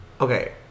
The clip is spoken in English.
Okay